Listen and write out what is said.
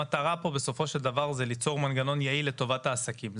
המטרה פה בסופו של דבר זה ליצור מנגנון יעיל לטובת העסקים.